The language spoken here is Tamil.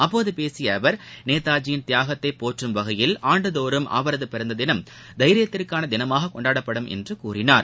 அப்போது பேசிய அவர் நேதாஜியின் தியாகத்தை போற்றும் வகையில் ஆண்டுதோறும் அவரது பிறந்த தினம் தைரியத்திற்கான தினமாகக் கொண்டாடப்படும் என்று கூறினார்